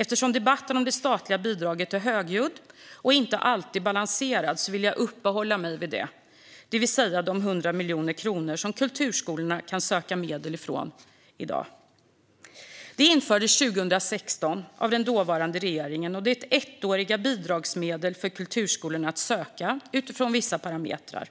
Eftersom debatten om det statliga bidraget är högljudd och inte alltid balanserad vill jag uppehålla mig vid detta, det vill säga de 100 miljoner kronor som kulturskolorna i dag kan söka medel från. Detta bidrag infördes 2016 av den dåvarande regeringen. Det rör sig om ettåriga bidragsmedel som kulturskolorna kan söka utifrån vissa parametrar.